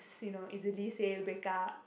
you know easily say breakup